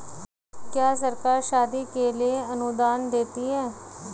क्या सरकार शादी के लिए अनुदान देती है?